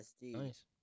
Nice